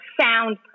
sound